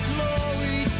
Glory